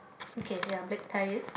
okay ya black ties